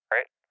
Right